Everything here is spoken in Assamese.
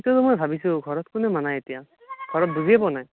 সেইটোটো মই ভাবিছোঁ ঘৰত কোনে মানাই এতিয়া ঘৰত বুজিয়ে পাৱা নাই